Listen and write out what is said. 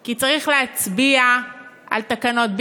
כי צריך להצביע על תקנות.